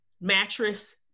mattress